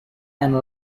and